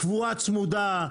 קבועה צמודה?